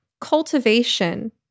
cultivation